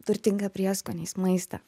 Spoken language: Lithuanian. turtingą prieskoniais maistą